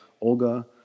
Olga